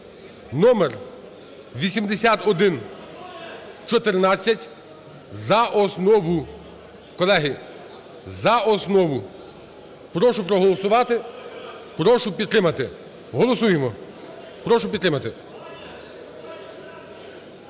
(№ 8114) за основу, колеги, за основу. Прошу проголосувати, прошу підтримати. Голосуємо, прошу підтримати.